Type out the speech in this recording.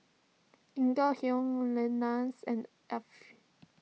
Lenas and